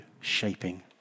shaping